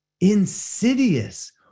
Insidious